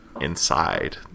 inside